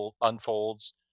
unfolds